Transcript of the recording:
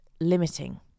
limiting